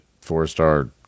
four-star